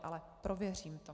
Ale prověřím to.